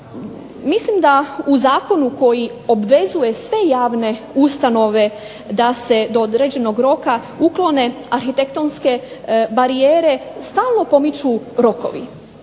Mislim da u zakonu koji obvezuje sve javne ustanove da se do određenog roka uklone arhitektonske barijere stalno pomiču rokovi.